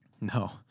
No